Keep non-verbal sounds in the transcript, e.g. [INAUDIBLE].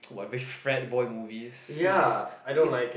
[NOISE] whatever frat boy movies which is is